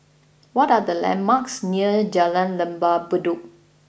what are the landmarks near Jalan Lembah Bedok